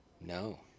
No